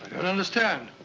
and understand.